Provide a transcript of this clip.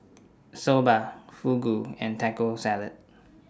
Soba Fugu and Taco Salad